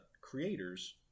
creators